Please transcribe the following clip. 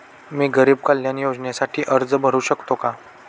मी गरीब कल्याण योजनेसाठी अर्ज भरू शकतो का?